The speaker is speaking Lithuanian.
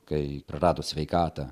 kai prarado sveikatą